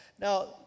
Now